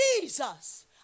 Jesus